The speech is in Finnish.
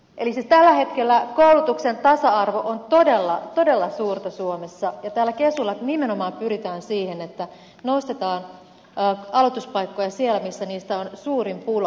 eli siis tällä hetkellä koulutuksen tasa arvo on todella suurta suomessa ja tällä kesulla nimenomaan pyritään siihen että lisätään aloituspaikkoja siellä missä niistä on suurin pula